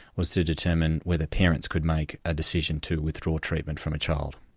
was to determine whether parents could make a decision to withdraw treatment from a child.